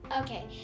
Okay